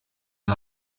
nta